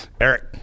Eric